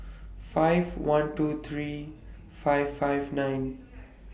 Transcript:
five one two three five five nine